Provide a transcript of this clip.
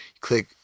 click